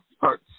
hurt